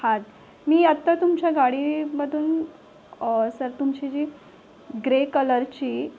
हा मी आत्ता तुमच्या गाडीमधून सर तुमची जी ग्रे कलरची